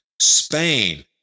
Spain